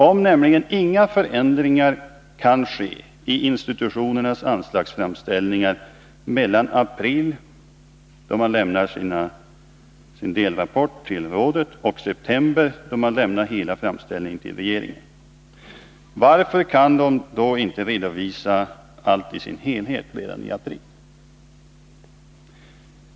Om nämligen inga förändringar kan ske i institutionernas anslagsframställningar mellan april, då man lämnar sin delrapport till rådet, och september, då man lämnar hela framställningen till regeringen — varför kan de då inte redovisa allt i sin helhet redan i april?